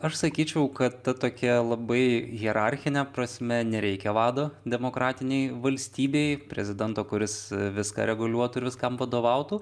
aš sakyčiau kad ta tokia labai hierarchine prasme nereikia vado demokratinėj valstybėj prezidento kuris viską reguliuotų ir viskam vadovautų